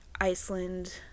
Iceland